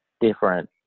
different